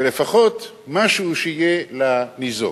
ולפחות שיהיה משהו לניזוק.